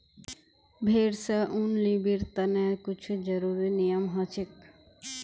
भेड़ स ऊन लीबिर तने कुछू ज़रुरी नियम हछेक